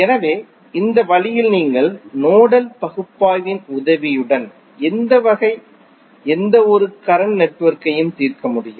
எனவே இந்த வழியில் நீங்கள் நோடல் பகுப்பாய்வின் உதவியுடன் எந்த வகை சமன்பாடு எந்தவொரு கரண்ட் நெட்வொர்க்கையும் தீர்க்க முடியும்